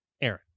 Aaron